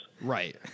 Right